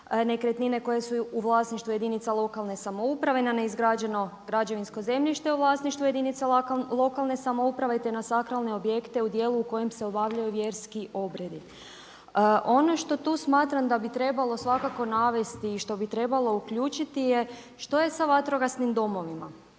nekretnine koje su u vlasništvu jedinica lokalne samouprave, na neizgrađeno građevinsko zemljište u vlasništvu jedinica lokalne samouprave, te na sakralne objekte u dijelu u kojem se obavljaju vjerski obredi. Ono što tu smatram da bi trebalo svakako navesti i što bi trebalo uključiti je što je sa vatrogasnim domovima,